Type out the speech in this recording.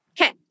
Okay